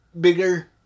bigger